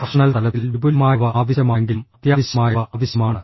professional തലത്തിൽ വിപുലമായവ ആവശ്യമാണെങ്കിലും അത്യാവശ്യമായവ ആവശ്യമാണ്